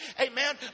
Amen